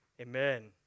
amen